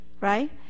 right